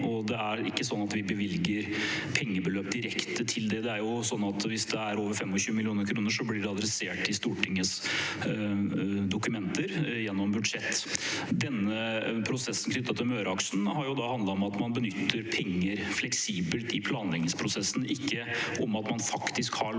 Det er ikke sånn at vi bevilger pengebeløp direkte til det. Hvis det er over 25 mill. kr, blir det adressert i Stortingets dokumenter gjennom budsjett. Denne prosessen knyttet til Møreaksen har handlet om at man benytter penger fleksibelt i planleggingsprosessen, ikke om at man faktisk har lånt